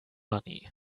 money